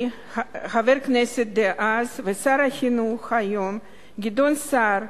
חבר הכנסת דאז ושר החינוך היום גדעון סער,